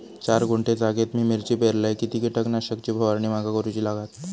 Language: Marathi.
चार गुंठे जागेत मी मिरची पेरलय किती कीटक नाशक ची फवारणी माका करूची लागात?